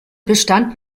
bestand